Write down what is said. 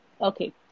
Okay